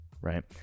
Right